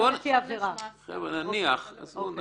אם יש עונש מאסר או לא.